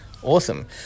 Awesome